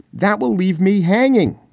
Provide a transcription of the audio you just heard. that will leave me hanging.